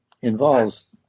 involves